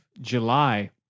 July